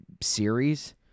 series